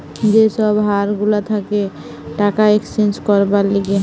যে সব হার গুলা থাকে টাকা এক্সচেঞ্জ করবার লিগে